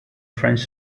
french